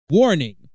Warning